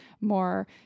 more